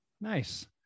Nice